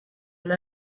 and